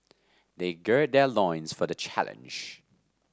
they gird their loins for the challenge